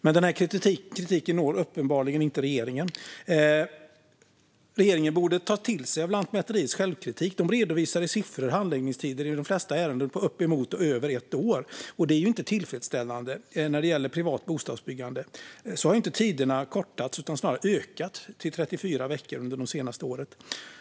Men den kritiken når uppenbarligen inte regeringen. Regeringen borde ta till sig av Lantmäteriets självkritik. De redovisar i siffror handläggningstider i de flesta ärenden på uppemot och över ett år, och det är inte tillfredsställande. När det gäller privat bostadsbyggande har inte tiderna kortats utan snarare ökat till 34 veckor under de senaste åren.